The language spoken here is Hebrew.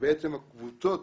שהקבוצות